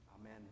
Amen